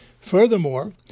Furthermore